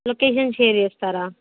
location share చేస్తారా